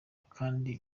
kandi